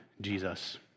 Jesus